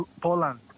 Poland